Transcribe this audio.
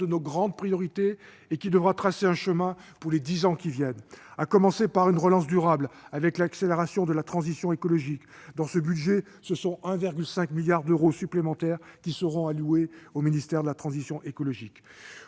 de nos grandes priorités et devra tracer un chemin pour les dix années qui viennent, en commençant par une relance durable l'accélération de la transition écologique. Dans ce projet de budget, 1,5 milliard d'euros supplémentaires sont ainsi alloués au ministère de la transition écologique.